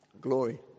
Glory